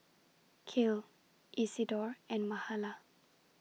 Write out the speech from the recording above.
Cale Isidor and Mahala